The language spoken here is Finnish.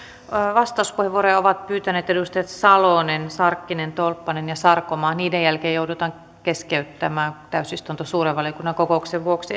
vastauspuheenvuoroja ovat pyytäneet edustajat salonen sarkkinen tolppanen ja sarkomaa niiden jälkeen joudumme keskeyttämään täysistunnon suuren valiokunnan kokouksen vuoksi